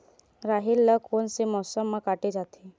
राहेर ल कोन से मौसम म काटे जाथे?